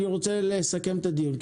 אני רוצה לסכם את הדיון.